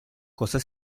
cosa